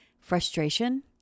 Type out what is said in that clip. frustration